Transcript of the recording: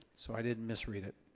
so i didn't misread it.